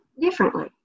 differently